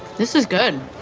this is good.